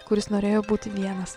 kuris norėjo būti vienas